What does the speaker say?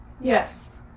Yes